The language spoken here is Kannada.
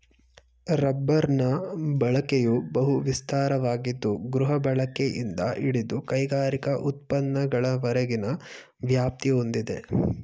ರಬ್ಬರ್ನ ಬಳಕೆಯು ಬಹು ವಿಸ್ತಾರವಾಗಿದ್ದು ಗೃಹಬಳಕೆಯಿಂದ ಹಿಡಿದು ಕೈಗಾರಿಕಾ ಉತ್ಪನ್ನಗಳವರೆಗಿನ ವ್ಯಾಪ್ತಿ ಹೊಂದಿದೆ